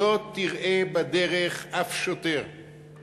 לא תראה בדרך אף שוטר.